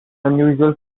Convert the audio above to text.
unusual